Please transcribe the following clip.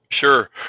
sure